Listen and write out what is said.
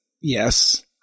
Yes